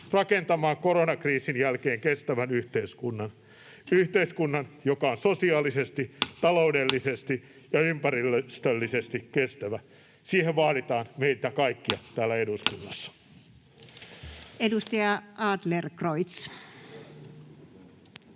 rakentamaan koronakriisin jälkeen kestävän yhteiskunnan — yhteiskunnan, joka on sosiaalisesti, taloudellisesti ja ympäristöllisesti kestävä. Siihen vaaditaan meitä kaikkia täällä